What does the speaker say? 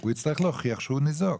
הוא יצטרך להוכיח שהוא ניזוק.